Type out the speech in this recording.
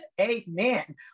amen